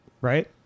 right